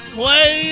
play